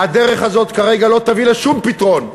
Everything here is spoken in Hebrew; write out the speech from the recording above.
הדרך הזאת כרגע לא תביא לשום פתרון,